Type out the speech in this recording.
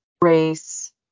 race